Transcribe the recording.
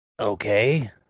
Okay